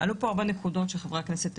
עלו פה הרבה נקודות על ידי חברי הכנסת,